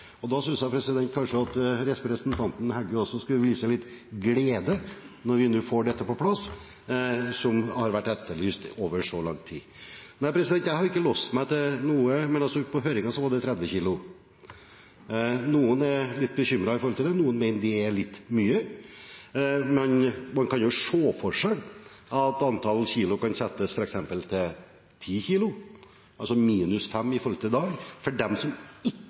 og da synes jeg kanskje at representanten Heggø også skulle vist litt glede når vi nå får dette som har vært etterlyst over så lang tid. Nei, jeg har ikke låst meg til noe, men i høringen var det 30 kilo. Noen er litt bekymret for det og mener det er litt mye. Man kan jo se for seg at grensen for antall kilo kan settes til f.eks. 10 kilo, altså 5 kilo mindre enn i dag, for dem som ikke